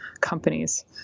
companies